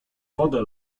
wodę